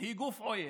היא גוף עוין,